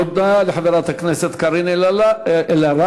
תודה לחברת הכנסת קארין אלהרר.